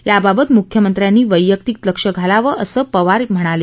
याबाबत मुख्यमंत्र्यांनी वर्यक्तिक लक्ष घालावं असं पवार यावेळी म्हणाले